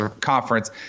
conference